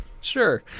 Sure